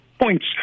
points